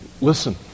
Listen